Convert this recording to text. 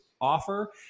offer